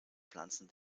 pflanzen